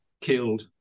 killed